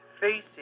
facing